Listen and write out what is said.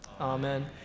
amen